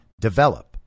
develop